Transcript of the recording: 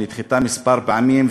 שנדחתה כמה פעמים,